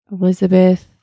Elizabeth